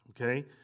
okay